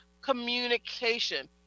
communication